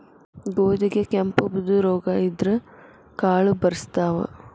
ಗೋಧಿಗೆ ಕೆಂಪು, ಬೂದು ರೋಗಾ ಬಿದ್ದ್ರ ಕಾಳು ಬರ್ಸತಾವ